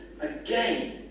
Again